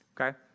Okay